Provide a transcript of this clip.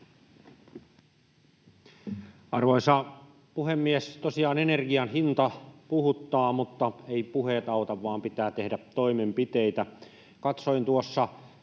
Arvoisa puhemies! Tosiaan energian hinta puhuttaa, mutta eivät puheet auta, vaan pitää tehdä toimenpiteitä.